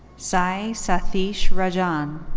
sai sathiesh rajan.